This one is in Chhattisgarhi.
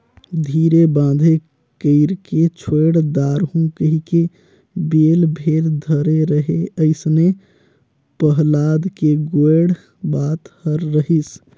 धीरे बांधे कइरके छोएड दारहूँ कहिके बेल भेर धरे रहें अइसने पहलाद के गोएड बात हर रहिस